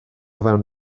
fewn